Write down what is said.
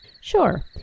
Sure